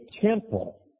temple